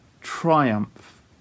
triumph